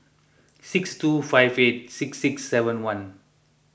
six two five eight six six seven one